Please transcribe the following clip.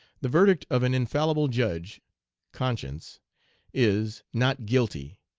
the verdict of an infallible judge conscience is, not guilty,